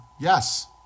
Yes